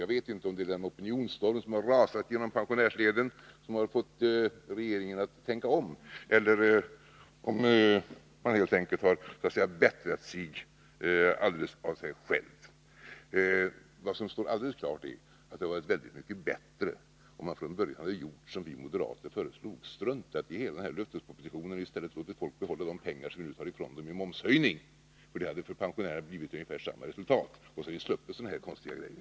Jag vet inte om det är den opinionsstorm som rasat genom pensionärsleden som fått regeringen att tänka om, eller om man helt enkelt har så att säga bättrat sig alldeles av sig själv. Vad som står alldeles klart är att det hade varit väldigt mycket bättre om man från början hade gjort som vi moderater föreslog — struntat i hela löftespropositionen och i stället låtit folk få behålla de pengar som vi nu tar ifrån dem genom momshöjningen. Resultatet hade för pensionärerna blivit ungefär detsamma, och då hade vi sluppit sådana här konstiga grejer.